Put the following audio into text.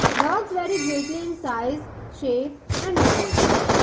dogs vary greatly in size, shape and behavior.